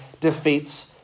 defeats